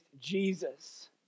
Jesus